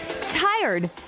tired